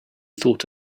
thought